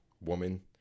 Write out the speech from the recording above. woman